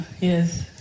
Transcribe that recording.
Yes